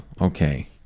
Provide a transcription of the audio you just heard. okay